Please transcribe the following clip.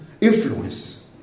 influence